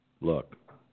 Look